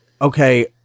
okay